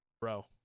Bro